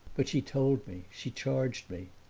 but she told me she charged me.